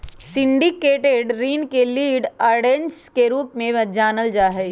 syndicated ऋण के lead arrangers के रूप में जानल जा हई